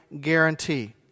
guarantee